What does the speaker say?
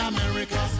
America